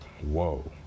whoa